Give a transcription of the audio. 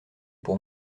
pour